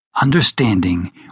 Understanding